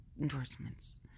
endorsements